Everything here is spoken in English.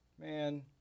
man